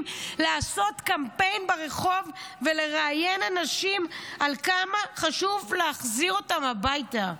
לעשות קמפיין ברחוב ולראיין אנשים על כמה חשוב להחזיר אותם הביתה.